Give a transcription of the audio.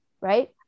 right